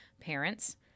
parents